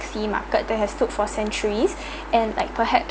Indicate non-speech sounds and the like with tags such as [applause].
see market they have took for century [breath] and like perhaps